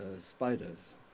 spiders